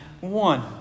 one